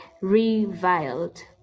reviled